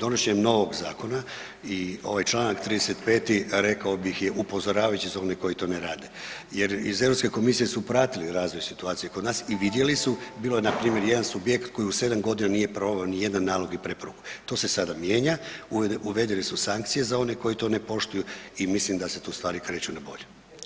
donošenjem novog zakona i ovaj čl. 35. rekao bih je upozoravajući za one koji to ne rade jer iz Europske komisije su pratili razvoj situacije kod nas i vidjeli su, bilo je npr. jedan subjekt koji u 7 g. nije proveo nijedan nalog i preporuku, to se sada mijenja, uvedene su sankcije za one koji to ne poštuju i mislim da se tu stvari kreću na bolje.